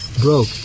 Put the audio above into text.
broke